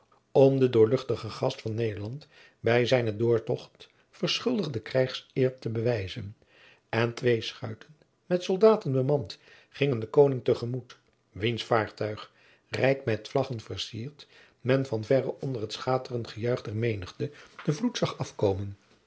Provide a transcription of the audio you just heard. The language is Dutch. om den doorluchtigen gast van nederland bij zijnen doortocht verschuldigde krijgseer te bewijzen en twee schuiten met soldaten bemand gingen den koning te gemoet wiens vaartuig rijk met vlaggen vercierd men van verre onder het schaterend gejuich der menigte den vloed zag afkomen